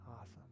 Awesome